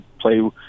play